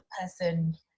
person